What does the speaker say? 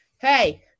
hey